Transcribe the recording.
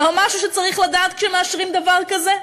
לא משהו שצריך לדעת כשמאשרים דבר כזה.